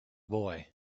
boy